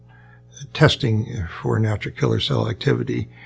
testing for natural killer cell activity.